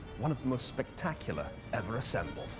one of the most spectacuiar ever assembied.